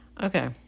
okay